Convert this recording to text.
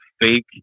fake